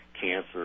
cancer